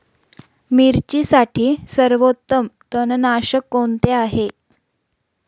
मिरचीसाठी सर्वोत्तम तणनाशक कोणते आहे?